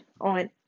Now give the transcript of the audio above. on